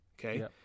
Okay